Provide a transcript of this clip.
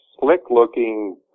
slick-looking